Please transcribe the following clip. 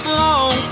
long